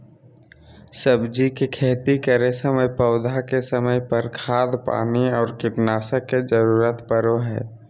सब्जी के खेती करै समय पौधा के समय पर, खाद पानी और कीटनाशक के जरूरत परो हइ